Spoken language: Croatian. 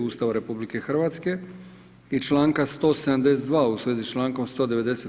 Ustava RH i članka 172. u svezi s člankom 190.